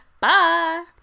Bye